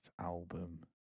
album